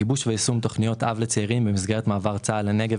גיבוש ויישום תכניות אב לצעירים במסגרת מעבר צה"ל לנגב